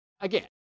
again